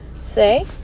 say